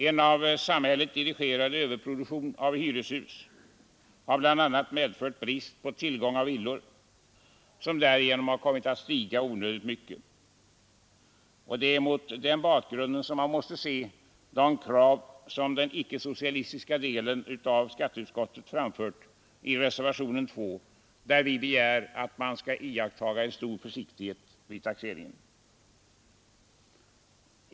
En av samhället dirigerad överproduktion av hyreshus har bl.a. medfört bristande tillgång på villor, och villornas pris har därigenom kommit att stiga onödigt mycket. Det är mot den bakgrunden man måste se det krav som den icke-socialistiska delen av skatteutskottet framfört i reservationen 2 där vi begär att man skall iaktta stor försiktighet vid taxeringen.